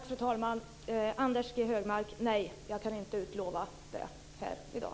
Fru talman! Nej, det kan jag inte utlova här i dag.